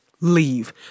Leave